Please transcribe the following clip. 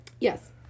Yes